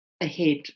ahead